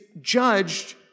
judged